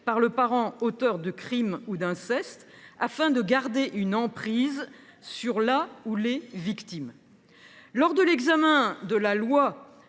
par le parent auteur de crime ou d’inceste afin de garder une emprise sur la ou les victimes. Lors de l’examen de la loi